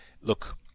Look